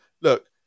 look